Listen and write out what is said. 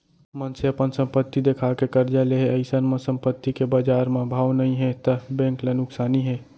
मनसे अपन संपत्ति देखा के करजा ले हे अइसन म संपत्ति के बजार म भाव नइ हे त बेंक ल नुकसानी हे